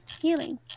healing